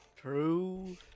True